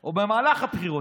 או במהלך הבחירות,